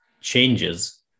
changes